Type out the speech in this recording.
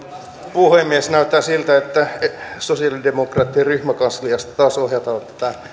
puhemies näyttää siltä että sosialidemokraattien ryhmäkansliasta taas ohjataan